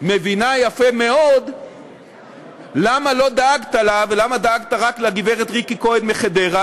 מבינה יפה מאוד למה לא דאגת לה ולמה דאגת רק לגברת ריקי כהן מחדרה,